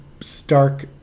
stark